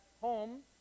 home